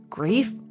Grief